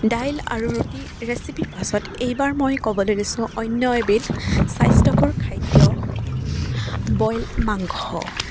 দাইল আৰু ৰুটিৰ ৰেচিপিৰ পাছত এইবাৰ মই ক'বলৈ লৈছোঁ অন্য এবিধ স্বাস্থ্যকৰ খাদ্য বইল মাংস